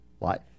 life